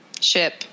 ship